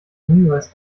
hinweis